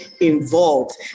involved